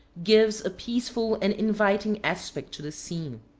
gives a peaceful and inviting aspect to the scene.